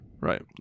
Right